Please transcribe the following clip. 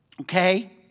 okay